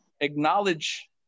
acknowledge